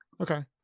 okay